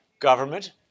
government